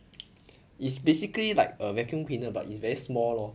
it's basically like a vacuum cleaner but it's very small lor